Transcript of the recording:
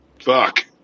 fuck